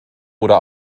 oder